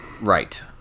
right